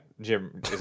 Jim